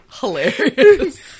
hilarious